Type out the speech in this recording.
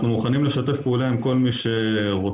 אנחנו מוכנים לשתף פעולה עם כל מי שרוצה.